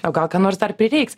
o gal kam nors dar prireiks